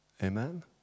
Amen